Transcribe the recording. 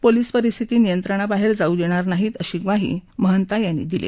police परिस्थिती नियंत्रणाबाहेर जाऊ देणार नाहीत अशी खाही महंता यांनी दिली